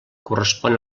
correspon